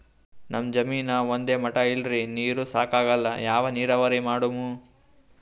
ನಮ್ ಜಮೀನ ಒಂದೇ ಮಟಾ ಇಲ್ರಿ, ನೀರೂ ಸಾಕಾಗಲ್ಲ, ಯಾ ನೀರಾವರಿ ಮಾಡಮು?